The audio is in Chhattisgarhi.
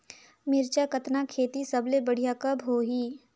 मिरचा कतना खेती सबले बढ़िया कब होही?